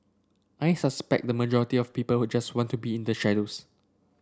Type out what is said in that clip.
I suspect the majority of people who just want to be in the shadows